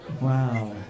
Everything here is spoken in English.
wow